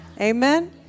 Amen